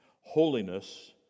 Holiness